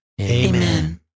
Amen